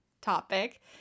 topic